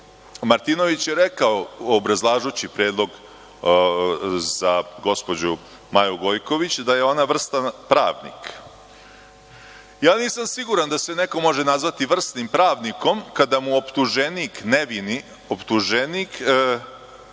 Martinović je rekao obrazlažući predlog za gospođu Maju Gojković da je ona vrstan pravnik. Ja nisam siguran da se neko može nazvati vrsnim pravnikom kada mu optuženik nevini, branjenik